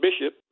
bishop